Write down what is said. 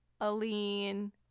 Aline